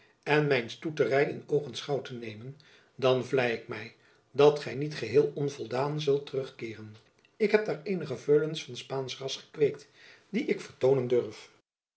en mijn stoetery in oogenschouw te nemen dan vlei ik my dat gy niet geheel onvoldaan zult terugkeeren ik heb daareenige veulens van spaansch ras gekweekt die ik vertoonen durf